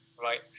right